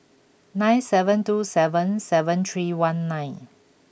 nine seven two seven seven three one nine